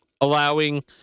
Allowing